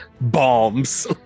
bombs